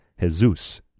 Jesus